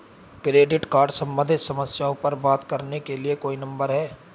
Credit card सम्बंधित समस्याओं पर बात करने के लिए कोई नंबर है?